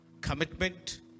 Commitment